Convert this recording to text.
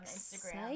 Instagram